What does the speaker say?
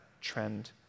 trend